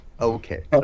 Okay